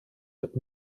der